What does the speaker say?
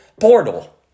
portal